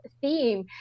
theme